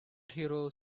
heroes